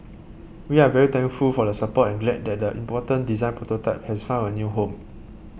we are very thankful for the support and glad that the important design prototype has found a new home